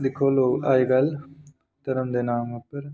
दिक्खो लोग अजकल धर्म दे नांऽ उप्पर